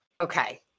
Okay